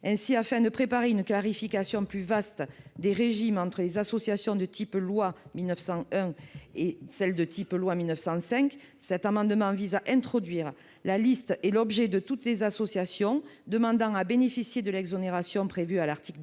Ainsi, afin de préparer une clarification plus vaste des régimes entre les associations de type loi 1901 et celles de type loi 1905, cet amendement vise à introduire la liste et l'objet de toutes les associations demandant à bénéficier de l'exonération prévue à l'article 200